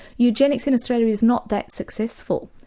eugenics in australia is not that successful.